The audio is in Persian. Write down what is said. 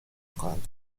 میکنند